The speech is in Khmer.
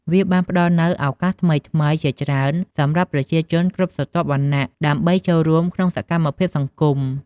វាបានផ្ដល់នូវឱកាសថ្មីៗជាច្រើនសម្រាប់ប្រជាជនគ្រប់ស្រទាប់ ដើម្បីចូលរួមក្នុងសកម្មភាពសង្គម។